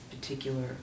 particular